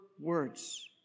words